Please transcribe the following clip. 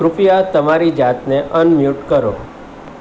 કૃપયા તમારી જાતને અનમ્યૂટ કરો